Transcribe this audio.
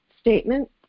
statement